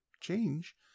change